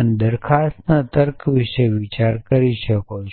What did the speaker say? અને દરખાસ્તના તર્ક વિશે વિચાર કરી શકો છો